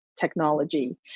technology